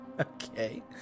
Okay